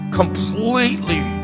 completely